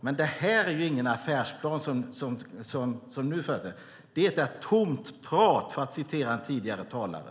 Men det som föredras här är ingen affärsplan. Det är en tom pratbubbla, för att citera en tidigare talare.